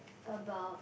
about